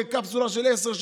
בקפסולות של עשרה,